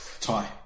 tie